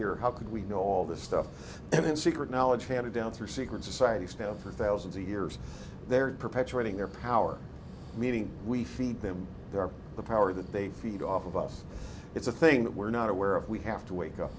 here how could we know all this stuff and in secret knowledge handed down through secret society staff for thousands of years they perpetuating their power meeting we feed them they are the power that they feed off of us it's a thing that we're not aware of we have to wake up